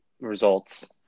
results